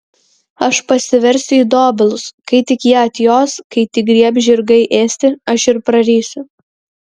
aš pasiversiu į dobilus kai tik jie atjos kai tik griebs žirgai ėsti aš ir prarysiu